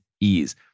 ease